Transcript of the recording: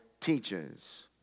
teaches